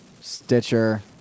Stitcher